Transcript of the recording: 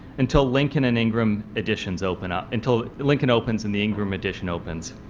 until lincoln and ingram additions open up, until lincoln opens in the ingram addition opens.